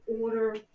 order